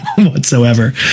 whatsoever